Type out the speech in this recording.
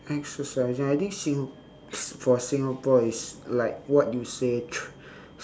exercising I think sing~ for singapore it's like what you say